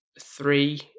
three